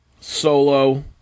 Solo